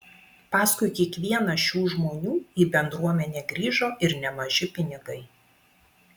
paskui kiekvieną šių žmonių į bendruomenę grįžo ir nemaži pinigai